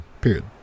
Period